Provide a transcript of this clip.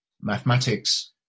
mathematics